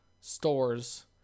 stores